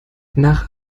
nach